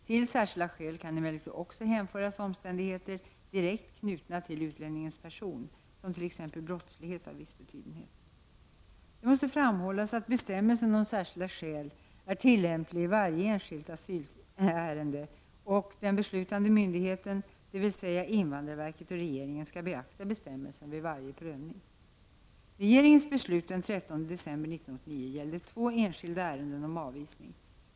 Till särskilda skäl kan emellertid också hänföras omständigheter direkt knutna till utlänningens person, såsom t.ex. brottslighet av viss betydenhet. Det måste framhållas att bestämmelsen om särskilda skäl är tillämplig i varje enskilt asylärende och att beslutande myndighet, dvs. invandrarverket och regeringen, skall beakta bestämmelsen vid varje prövning. Regeringens beslut den 13 december 1989 gällde två enskilda ärenden om avvisning.